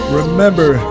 remember